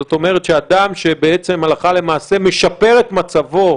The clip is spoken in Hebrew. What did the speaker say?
זאת אומרת שאדם בעצם הלכה למעשה משפר את מצבו